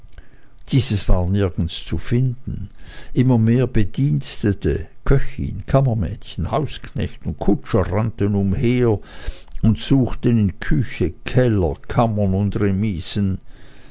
dieses war aber nirgends zu finden immer mehr bedienstete köchin kammermädchen hausknecht und kutscher rannten umher und suchten in küche keller kammern und remisen